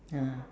ah